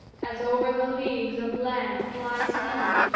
as over the leagues of land flies he,